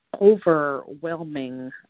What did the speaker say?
overwhelming